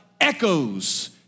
echoes